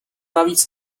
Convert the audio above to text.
navíc